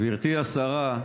גברתי השרה,